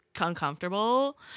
uncomfortable